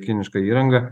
kiniška įranga